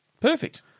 Perfect